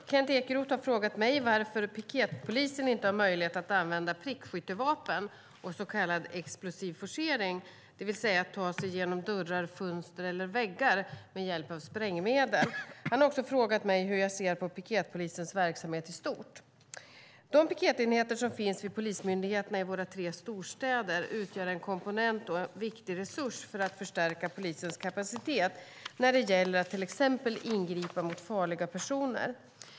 Herr talman! Kent Ekeroth har frågat mig varför piketpolisen inte har möjlighet att använda prickskyttevapen och så kallad explosiv forcering, det vill säga att ta sig genom dörrar, fönster eller väggar med hjälp av sprängmedel. Han har också frågat mig hur jag ser på piketpolisens verksamhet i stort. De piketenheter som finns vid polismyndigheterna i våra tre storstäder utgör en kompetent och viktig resurs för att förstärka polisens kapacitet när det gäller att till exempel ingripa mot farliga personer.